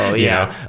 ah yeah.